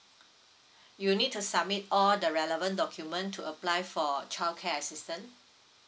you need to submit all the relevant document to apply for child care assistance